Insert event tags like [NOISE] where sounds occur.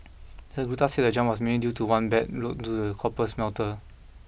Mister Gupta said the jump was mainly due to one bad [UNINTELLIGIBLE] to the copper smelter